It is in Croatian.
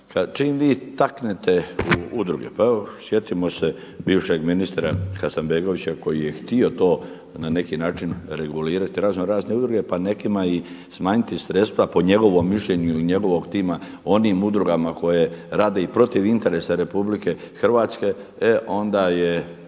čim vi taknete u udruge, pa evo sjetimo se bivšeg ministra Hasanbegovića koji je htio to na neki način regulirati raznorazne udruge, pa nekima i smanjiti sredstva po njegovom mišljenju ili njegovog tima onim udrugama koje rad i protiv interesa RH e onda je